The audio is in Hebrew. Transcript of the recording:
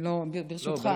אני, ברשותך, לא אתייחס לזה.